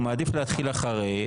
הוא מעדיף להתחיל אחרי,